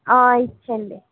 ఇచ్చేయండి